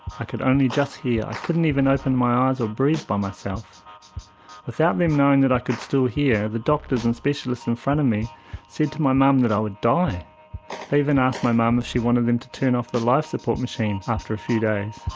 i could only just hear, i couldn't even open my eyes or breathe by myself without them knowing that i could still hear the doctors and specialists in front of me said to my mum that i would die. they even asked my mum um if she wanted them to turn off the life support machine after a few days.